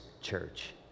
church